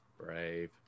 brave